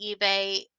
eBay